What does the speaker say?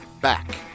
back